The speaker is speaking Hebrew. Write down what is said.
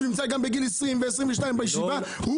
גם בגיל 20 ו-22 בישיבה,